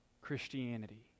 Christianity